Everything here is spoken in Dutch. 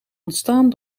ontstaan